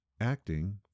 acting